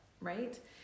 right